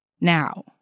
now